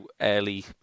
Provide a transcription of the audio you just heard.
early